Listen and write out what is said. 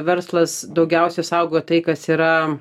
verslas daugiausiai saugojo tai kas yra